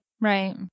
Right